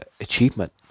achievement